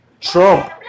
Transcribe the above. Trump